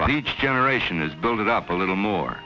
for each generation is build it up a little more